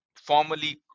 formally